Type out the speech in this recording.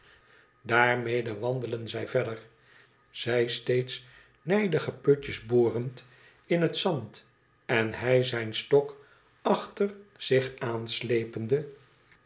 daarmede wandelden zij verder zij steeds nijdige putjes borend ia het zand en hij zijn stok achter zich aanslepende